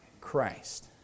Christ